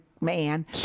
man